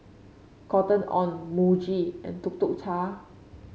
Cotton On Muji and Tuk Tuk Cha